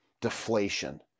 deflation